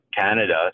Canada